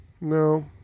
No